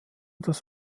das